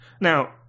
Now